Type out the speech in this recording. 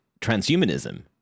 transhumanism